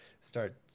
start